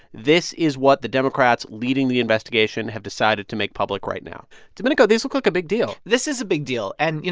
this is what the democrats leading the investigation have decided to make public right now domenico, these look like a big deal this is a big deal. and, you